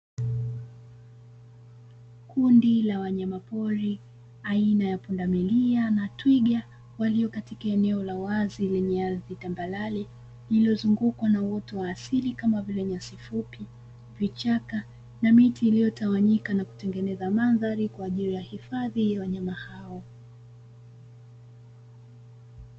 Kundi la wanyamapori aina ya Pundamilia na Twiga walio katika eneo la wazi lenye ardhi tambarare, lililozungukwa na uoto wa asili kama vile nyasi fupi, vichaka na miti iliyotawanyika na kutengeneza mandhari kwa ajili ya hifadhi ya wanyama hao.